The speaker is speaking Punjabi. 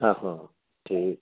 ਹਾਂ ਹਾਂ